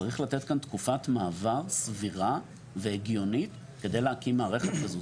צריך לתת כאן תקופת מעבר סבירה והגיונית כדי להקים מערכת כזו.